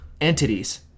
entities